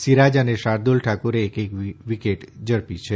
સિરાજ અને શાર્દુલ ઠાકુરે એક એક વિકેટ ઝડપી છે